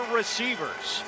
receivers